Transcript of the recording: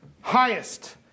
highest